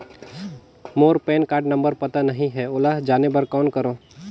मोर PAN card number पता नहीं है, ओला जाने बर कौन करो?